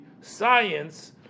science